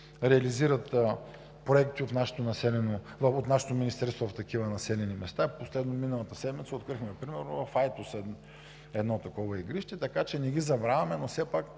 реализират проекти от нашето министерство в такива населени места. Последно миналата седмица открихме в Айтос едно такова игрище, така че не ги забравяме, но все пак